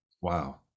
Wow